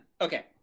Okay